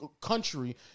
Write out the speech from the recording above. country